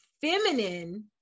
feminine